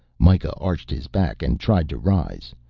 mikah arched his back and tried to rise.